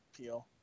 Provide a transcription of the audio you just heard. peel